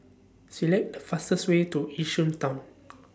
Select The fastest Way to Yishun Town